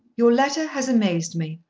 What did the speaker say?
your letter has amazed me.